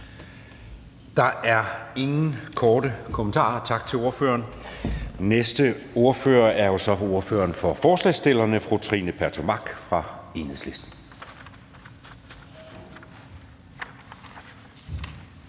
Der er ingen korte kommentarer. Tak til ordføreren. Næste ordfører er jo så ordføreren for forslagsstillerne, fru Trine Pertou Mach fra Enhedslisten.